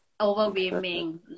overwhelming